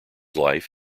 life